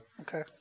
Okay